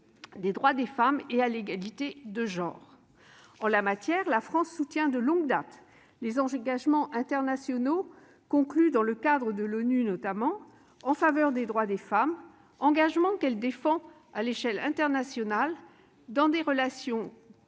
des droits des femmes et à l'égalité de genre. En la matière, la France soutient de longue date les engagements internationaux conclus, dans le cadre de l'ONU notamment, en faveur des droits des femmes, engagements qu'elle défend à l'échelle internationale dans ses relations